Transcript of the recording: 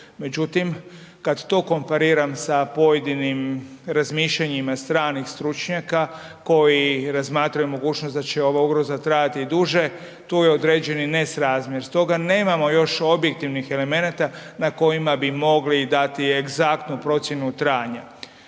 Međutim, kada to kompariram sa pojedinim razmišljanjima stranih stručnjaka koji razmišljaju da će ova ugroza trajati i duže, tu je određeni nesrazmjer. Stoga nemamo još objektivnih elemenata na kojima bi mogli dati egzaktnu procjenu trajanja.